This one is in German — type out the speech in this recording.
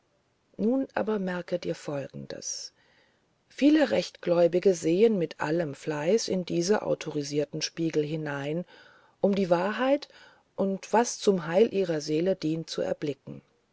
nun aber merke dir folgendes viele rechtgläubige sehen mit allem fleiß in diese autorisierten spiegel hinein um die wahrheit und was zum heil ihrer seelen dient zu erblicken